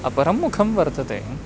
अपरं मुखं वर्तते